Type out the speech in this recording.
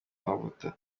amavuta